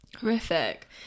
horrific